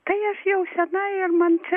tai aš jau sena ir man čia